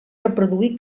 reproduir